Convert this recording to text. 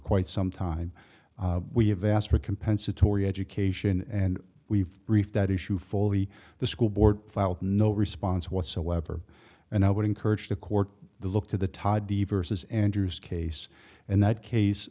quite some time we have asked for compensatory education and we've reached that issue fully the school board filed no response whatsoever and i would encourage the court the look to the toddy versus andrew's case in that case